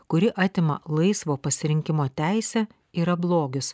kuri atima laisvo pasirinkimo teisę yra blogis